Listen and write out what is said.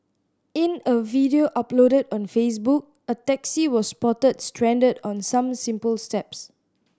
in a video uploaded on Facebook a taxi was spotted stranded on some simple steps